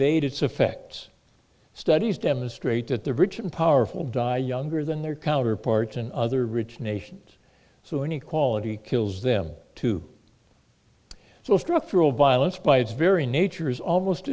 abate it's affected studies demonstrate that the rich and powerful die younger than their counterparts in other rich nations so any quality kills them too so structural violence by its very nature is almost